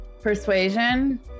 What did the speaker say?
Persuasion